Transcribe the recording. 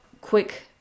quick